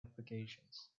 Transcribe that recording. applications